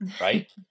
right